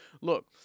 look